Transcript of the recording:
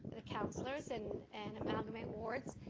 the counselors, and and amalgamate wards,